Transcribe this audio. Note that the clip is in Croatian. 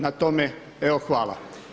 Na tome, evo hvala.